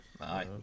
aye